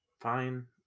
Fine